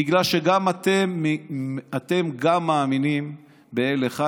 בגלל שגם אתם מאמינים באל אחד,